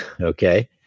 okay